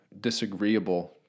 disagreeable